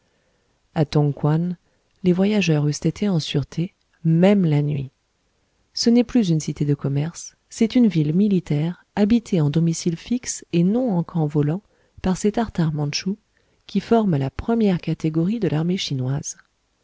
a tong kouan les voyageurs eussent été en sûreté même la nuit ce n'est plus une cité de commerce c'est une ville militaire habitée en domicile fixe et non en camp volant par ces tartares mantchoux qui forment la première catégorie de l'armée chinoise